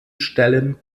stellen